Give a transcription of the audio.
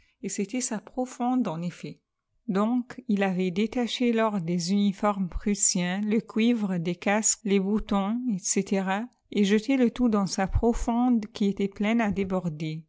et c'était sa profonde en effet donc il avait détaché l'or des uniformes prussiens le cuivre des casques les boutons etc et jeté le tout dans sa profonde qui était pleine à déborder